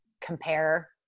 compare